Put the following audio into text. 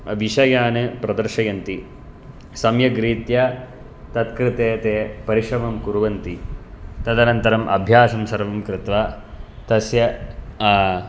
विषयान् प्रदर्शयन्ति सम्यग्रीत्या तत्कृते ते परिश्रमं कुर्वन्ति तदनन्तरम् अभ्यासं सर्वं कृत्वा तस्य